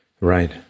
Right